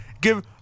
Give